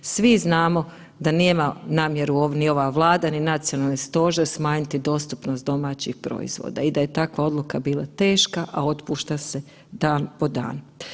Svi znamo da nema namjeru ni ova Vlada ni Nacionalni stožer smanjiti dostupnost domaćih proizvoda i da je takva odluka bila teška, a otpušta se dan po dan.